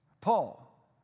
Paul